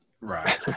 Right